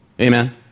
Amen